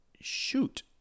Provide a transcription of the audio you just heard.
shoot